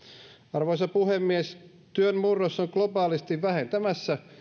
arvoisa puhemies työn murros on globaalisti vähentämässä